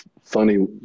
funny